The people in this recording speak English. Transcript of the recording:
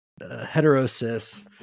heterosis